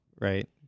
right